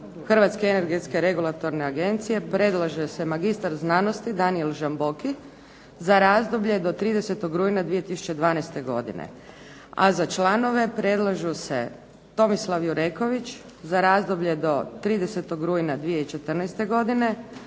Hrvatske energetske regulatorne agencije predlaže se magistar znanosti Danijel Žamboki za razdoblje do 30. rujna 2012. godine,a za članove predlažu se Tomislav Jureković za razdoblje do 30. rujna 2014. godine,